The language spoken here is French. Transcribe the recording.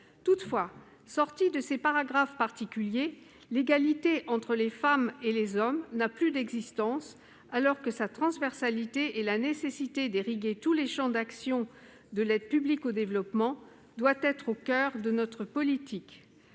Toutefois, sortie de ces paragraphes particuliers, l'égalité entre les femmes et les hommes n'a plus d'existence, alors que sa transversalité et la nécessité qu'elle irrigue tous les champs d'action de l'aide publique au développement doivent être au coeur de notre politique.